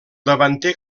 davanter